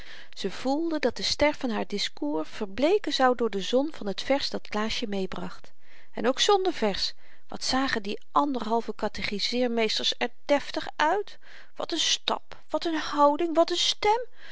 ze gevoelde dat de ster van haar discours verbleeken zou voor de zon van t vers dat klaasje meêbracht en ook zonder vers wat zagen die anderhalve katechiseermeesters er deftig uit wat n stap wat n houding wat n stem